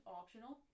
optional